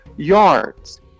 Yards